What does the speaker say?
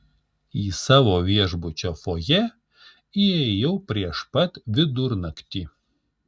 į savo viešbučio fojė įėjau prieš pat vidurnaktį